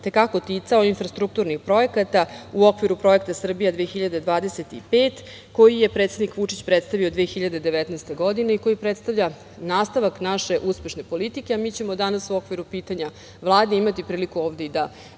te kako ticao infrastrukturnih projekata u okviru Projekta "Srbija 2025" koji je predsednik Vučić predstavio u 2019. godini i predstavlja nastavak naše uspešne politike, a mi ćemo danas u okviru pitanja Vladi imati priliku ovde i da